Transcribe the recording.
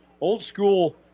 old-school